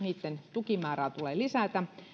tukimäärää tulee lisätä